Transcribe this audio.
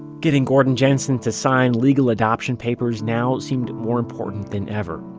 getting gordon jensen to sign legal adoption papers now seemed more important than ever.